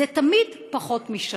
זה תמיד פחות משנה,